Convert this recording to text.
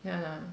ya lah